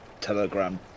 telegram